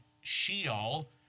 Sheol